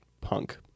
punk